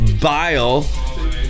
bile